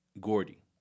Gordy